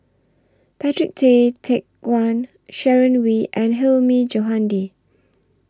Patrick Tay Teck Guan Sharon Wee and Hilmi Johandi